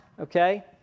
okay